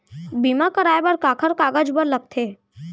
बीमा कराय बर काखर कागज बर लगथे?